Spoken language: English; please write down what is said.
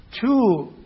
two